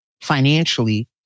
financially